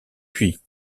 puis